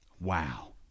Wow